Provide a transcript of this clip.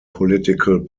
political